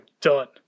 done